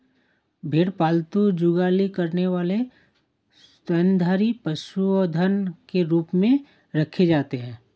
भेड़ पालतू जुगाली करने वाले स्तनधारी पशुधन के रूप में रखे जाते हैं